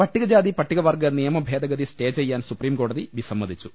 പട്ടികജാതി പട്ടികവർഗ നിയമഭേദഗതി സ്റ്റേ ചെയ്യാൻ സുപ്രീം കോടതി വിസമ്മതിച്ചു